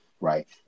right